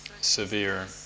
severe